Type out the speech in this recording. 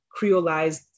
creolized